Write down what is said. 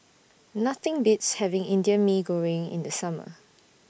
Nothing Beats having Indian Mee Goreng in The Summer